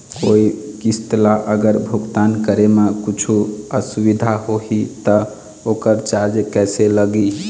कोई किस्त ला अगर भुगतान करे म कुछू असुविधा होही त ओकर चार्ज कैसे लगी?